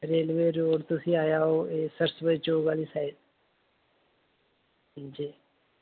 railway road तुसी आई जाओ एह् सरस्वती चौक आह्ली साइड हां जी